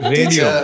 Radio